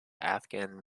afghan